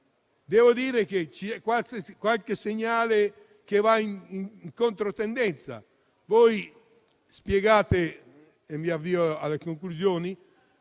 devo dire che c'è qualche segnale che va in controtendenza - mi avvio alle conclusioni